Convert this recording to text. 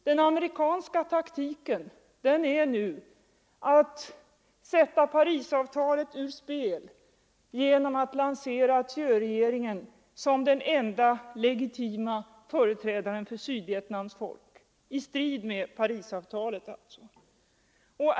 Den amerikanska taktiken är nu att sätta Parisavtalet ur spel genom att lansera Thieuregeringen som den enda legitima företrädaren för Sydvietnams folk i strid mot Parisavtalet.